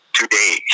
today